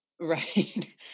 Right